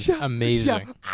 Amazing